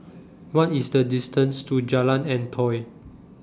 What IS The distance to Jalan Antoi